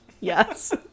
yes